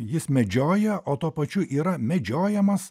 jis medžioja o tuo pačiu yra medžiojamas